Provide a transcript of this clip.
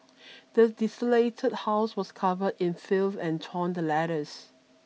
the desolated house was covered in filth and torn letters